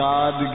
God